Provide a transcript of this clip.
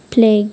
play